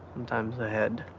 sometimes ahead,